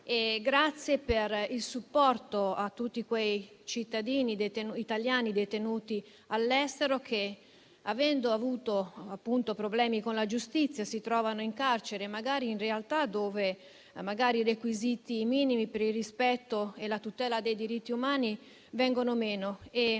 Aula e per il supporto a tutti quei cittadini italiani detenuti all'estero che, avendo avuto appunto problemi con la giustizia, si trovano in carcere, magari in realtà dove i requisiti minimi per il rispetto e la tutela dei diritti umani vengono meno.